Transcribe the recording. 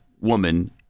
woman